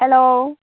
hello